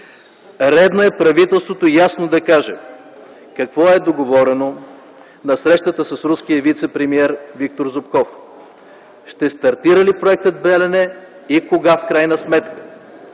Редно е правителството ясно да каже какво е договорено на срещата с руския вицепремиер Виктор Зубков. Ще стартира ли проектът „Белене” и кога в крайна сметка?